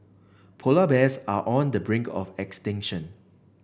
polar bears are on the brink of extinction